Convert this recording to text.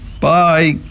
Bye